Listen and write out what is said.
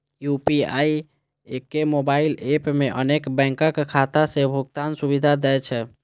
UPI एके mobile app मे अनेक बैंकक खाता सं भुगतान सुविधा दै छै